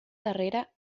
darrera